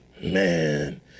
Man